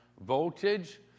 voltage